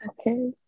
okay